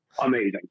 amazing